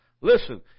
listen